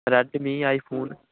Redmi I phone